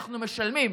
אנחנו משלמים.